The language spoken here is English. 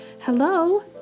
Hello